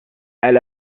elle